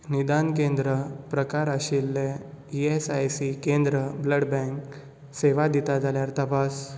निदान केंद्र प्रकार आशिल्लें ई एस आय सी केंद्र ब्लडबँक सेवा दिता जाल्यार तपास